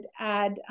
add